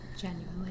Genuinely